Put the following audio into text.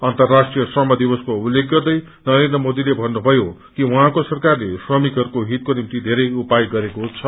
अन्तराष्ट्रिय श्रम दिवसको उल्लेख गर्दै नरेन्द्र मोरीले भन्नुभयो कि उहौको सरकारले श्रमिकहरूको हितको निम्ति धेरै उपाय गरेको छ